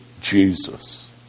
Jesus